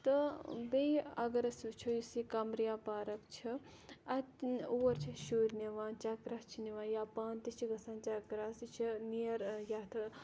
تہٕ بیٚیہِ اَگَر أسۍ وٕچھو یُس یہِ قَمرِیا پارَک چھِ اَتہِ اور چھِ أسۍ شُرۍ نِوان چَکرَس چھِ نِوان یا پانہٕ تہِ چھِ گَژھان چَکرَس یہِ چھِ نِیر یَتھ